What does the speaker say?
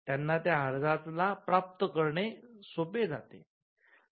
त्यांना त्या अर्जाला प्राप्त करणे सोपे जाते